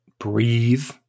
breathe